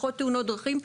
פחות תאונות דרכים.